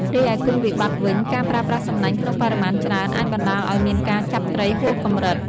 រីឯគុណវិបត្តិវិញ ការប្រើប្រាស់សំណាញ់ក្នុងបរិមាណច្រើនអាចបណ្តាលឲ្យមានការចាប់ត្រីហួសកម្រិត។